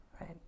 right